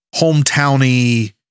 hometowny